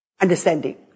understanding